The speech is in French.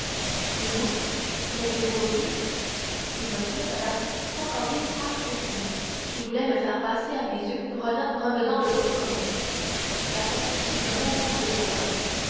et vous laimez vous aussi il me plaît madame quoi qu'en dise franz d'épinay qui voulait le faire passer à mes yeux pour un homme revenant de l'autre monde la comtesse fit un mouvement de terreur